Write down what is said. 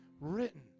written